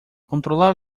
controlar